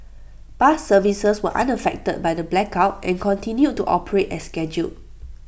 bus services were unaffected by the blackout and continued to operate as scheduled